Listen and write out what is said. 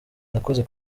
nakoze